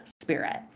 spirit